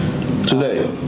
Today